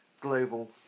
Global